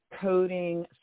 coding